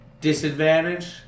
disadvantage